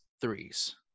threes